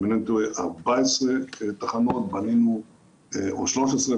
אם אינני טועה 14 תחנות או 13,